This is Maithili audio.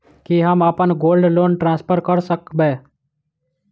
की हम अप्पन गोल्ड लोन ट्रान्सफर करऽ सकबै?